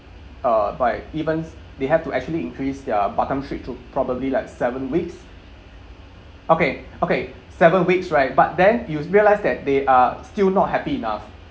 uh by evens they have to actually increase their batam trip to probably like seven weeks okay okay seven weeks right but then you've realised that they are still not happy enough